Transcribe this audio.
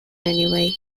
anyway